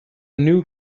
new